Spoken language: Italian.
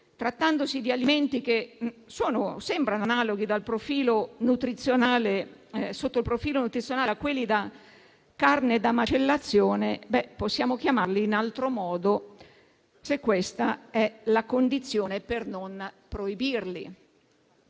trattandosi di alimenti che sembrano analoghi, sotto il profilo nutrizionale, alla carne da macellazione, possiamo chiamarli in altro modo, se questa è la condizione per non proibirli.